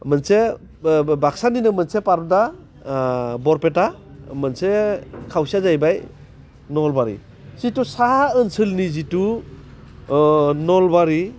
मोनसे बाक्सानिनो मोनसे फारदा बरपेटा मोनसे खावसेया जाहैबाय नलबारि जिथु साहा ओनसोलनि जिथु नलबारि